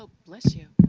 bless you.